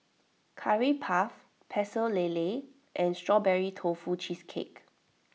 Curry Puff Pecel Lele and Strawberry Tofu Cheesecake